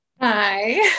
Hi